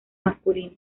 masculino